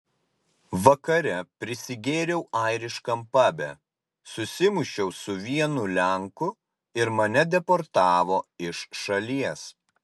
vakare prisigėriau airiškam pabe susimušiau su vienu lenku ir mane deportavo iš šalies